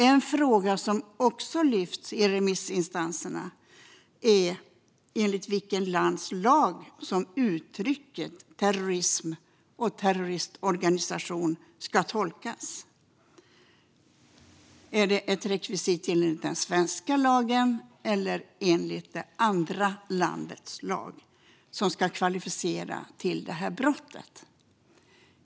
En fråga som också lyfts av remissinstanserna är enligt vilket lands lag som uttrycken terrorism och terroristorganisation ska tolkas. Är det ett rekvisit enligt den svenska lagen eller enligt det andra landets lag som ska kvalificera till det här brottet?